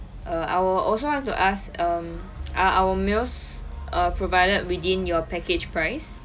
err I will also want to ask um are our meals uh provided within your package price